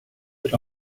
but